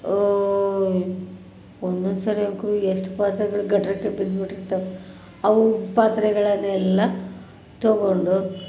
ಒಂದೊಂದು ಸರಿಯಂತೂ ಎಷ್ಟು ಪಾತ್ರೆಗಳು ಬಿದ್ಬಿಟ್ಟಿರ್ತಾವೆ ಅವು ಪಾತ್ರೆಗಳನ್ನೆಲ್ಲ ತಗೊಂಡು